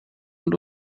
und